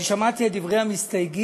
אני שמעתי את דברי המסתייגים,